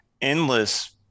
endless